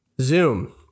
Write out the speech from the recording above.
Zoom